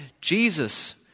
Jesus